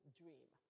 dream